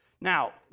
Now